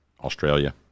australia